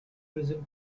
prison